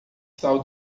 sal